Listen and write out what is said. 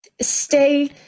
Stay